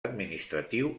administratiu